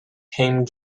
came